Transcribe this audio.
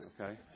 okay